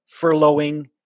furloughing